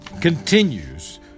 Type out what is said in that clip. continues